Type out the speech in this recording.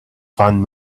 fan